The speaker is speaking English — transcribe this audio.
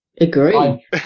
Agree